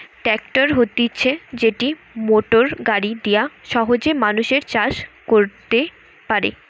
tractor হতিছে যেটি motor গাড়ি দিয়া সহজে মানুষ চাষ কইরতে পারে